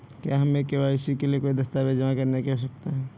क्या हमें के.वाई.सी के लिए कोई दस्तावेज़ जमा करने की आवश्यकता है?